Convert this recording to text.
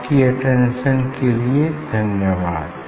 आपकी अटेंशन के लिए धन्यवाद